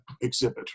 exhibit